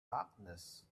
darkness